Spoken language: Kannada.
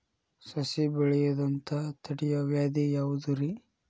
ಸಸಿ ಬೆಳೆಯದಂತ ತಡಿಯೋ ವ್ಯಾಧಿ ಯಾವುದು ರಿ?